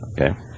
Okay